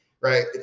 right